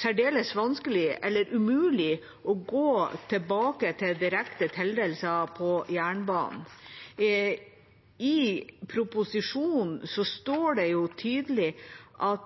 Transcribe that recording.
særdeles vanskelig – eller umulig – å gå tilbake til direkte tildelinger på jernbanen? I proposisjonen står det tydelig at